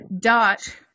dot